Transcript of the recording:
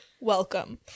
welcome